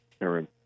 Aaron